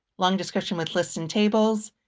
long description with lists and tables,